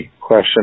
question